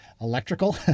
Electrical